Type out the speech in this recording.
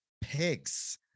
pigs